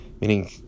meaning